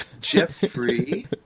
Jeffrey